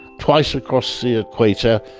twice across the equator.